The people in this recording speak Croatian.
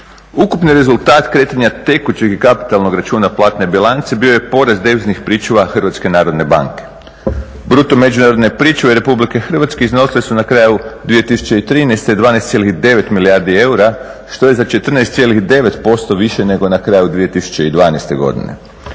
Ukupni rezultat kretanja tekućeg i kapitalnog računa platne bilance bio je porez deviznih pričuva HNB-a. Bruto međunarodne pričuve RH iznosile su na kraju 2013. 12,9 milijardi eura, što je za 14,9% više nego na kraju 2012. godine.